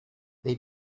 they